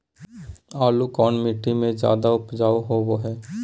आलू कौन मिट्टी में जादा ऊपज होबो हाय?